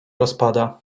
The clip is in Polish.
rozpada